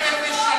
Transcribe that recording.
יפעת,